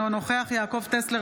אינו נוכח יעקב טסלר,